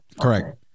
Correct